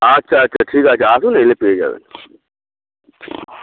আচ্ছা আচ্ছা ঠিক আছে আসুন এলে পেয়ে যাবেন